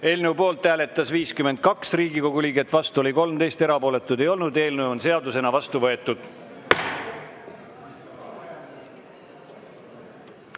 Eelnõu poolt hääletas 52 Riigikogu liiget, vastu oli 13, erapooletuid ei olnud. Eelnõu on seadusena vastu võetud.